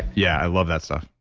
yeah, i love that stuff